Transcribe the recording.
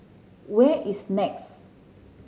where is NEX